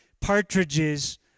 partridges